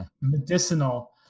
medicinal